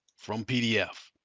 from pdf,